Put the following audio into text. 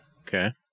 Okay